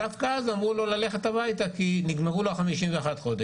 אבל דווקא אז אמרו לו ללכת הביתה כי נגמרו לו 51 החודשים.